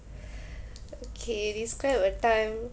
okay describe a time